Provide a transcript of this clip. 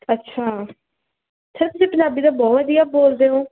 ਅੱਛਾ ਸਰ ਤੁਸੀਂ ਪੰਜਾਬੀ ਤਾਂ ਬਹੁਤ ਵਧੀਆ ਬੋਲਦੇ ਹੋ